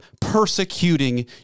persecuting